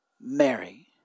Mary